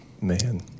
Man